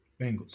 Bengals